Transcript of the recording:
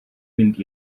mynd